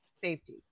safety